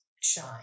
shine